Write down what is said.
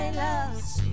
love